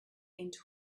into